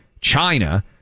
China